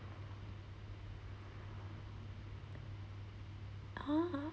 ah